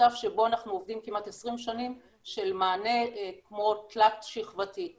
מצב שבו אנחנו עובדים כמעט 20 שנים של מענה כמו תלת שכבתי.